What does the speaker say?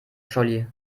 scholli